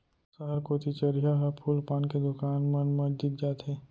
सहर कोती चरिहा ह फूल पान के दुकान मन मा दिख जाथे